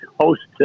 host